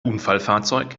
unfallfahrzeug